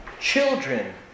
children